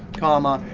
comma,